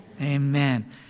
Amen